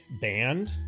band